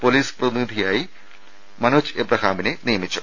police പ്രതിനിധിയായി മനോജ് എബ്രഹാമിനെ നിയമിച്ചു